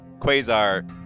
Quasar